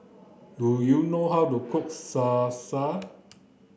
do you know how to cook Salsa